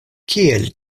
kiel